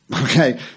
Okay